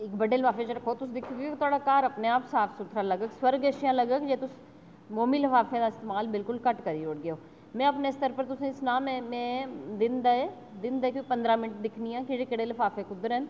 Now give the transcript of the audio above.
इक बड्डे लफाफे च रक्खो तुस दिक्खगे ओह् कि थुआढ़ा घर अपने आप साफ सुथरा लगग स्वर्ग जैसा लगग जे तुस मोमी लफाफे दा इस्तेमाल बिल्कुल घट्ट करी ओड़गे ओ में अपने स्तर उप्पर तुसें ई सनांऽ में में दिन दे दिन दे कोई पंदरा मिन्ट दिक्खनी आं कि केह्डे़ केह्ड़े लफाफे कुद्धर न